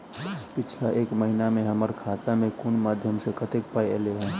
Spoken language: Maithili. पिछला एक महीना मे हम्मर खाता मे कुन मध्यमे सऽ कत्तेक पाई ऐलई ह?